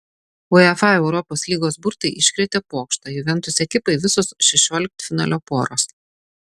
uefa europos lygos burtai iškrėtė pokštą juventus ekipai visos šešioliktfinalio poros